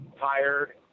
tired